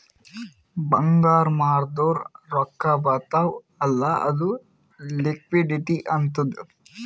ಬಂಗಾರ್ ಮಾರ್ದುರ್ ರೊಕ್ಕಾ ಬರ್ತಾವ್ ಅಲ್ಲ ಅದು ಲಿಕ್ವಿಡಿಟಿ ಆತ್ತುದ್